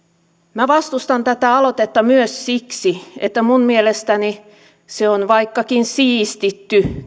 minä vastustan tätä aloitetta myös siksi että mielestäni se vaikkakin on siistitty